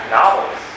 novels